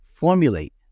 formulate